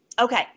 Okay